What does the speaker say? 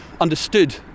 understood